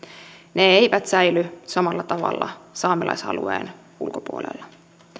ne eivät säily samalla tavalla saamelaisalueen ulkopuolella